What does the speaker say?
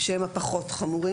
שהם הפחות חמורים.